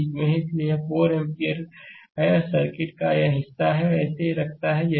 और यह 4 एम्पीयर है सर्किट का यह हिस्सा इसे वैसे ही रखता है जैसे यह है